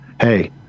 hey